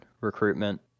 recruitment